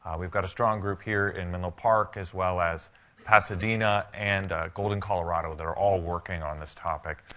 we've got a strong group here in menlo park as well as pasadena and golden, colorado. they're all working on this topic.